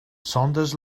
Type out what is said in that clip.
saunders